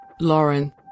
Lauren